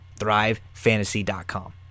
ThriveFantasy.com